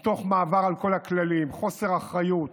מתוך מעבר על כל הכללים, חוסר אחריות.